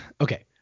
okay